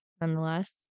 nonetheless